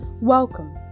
Welcome